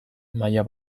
maila